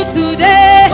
today